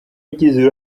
yagize